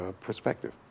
perspective